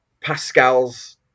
Pascal's